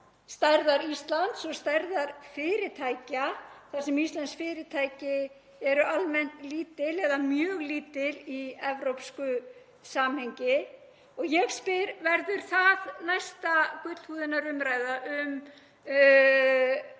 stærðar Íslands og stærðar fyrirtækja þar sem íslensk fyrirtæki eru almennt lítil eða mjög lítil í evrópsku samhengi. Og ég spyr: Verður næsta gullhúðunarumræðan um